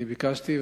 ביקשתי,